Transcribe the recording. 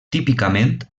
típicament